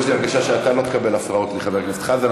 יש לי הרגשה שאתה לא תקבל הפרעות מחבר הכנסת חזן,